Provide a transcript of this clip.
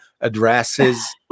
addresses